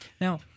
now